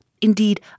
indeed